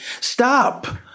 Stop